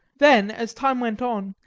then as time went on,